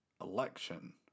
election